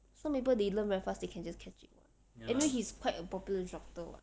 some people they learn very fast they can just catch it [what] anyway he's quite a popular instructor [what]